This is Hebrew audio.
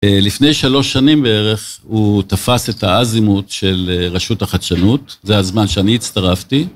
לפני שלוש שנים בערך הוא תפס את האזימוט של רשות החדשנות, זה הזמן שאני הצטרפתי.